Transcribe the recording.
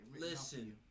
Listen